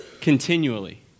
continually